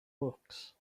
books